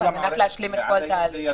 על מנת להשלים את כל התהליך.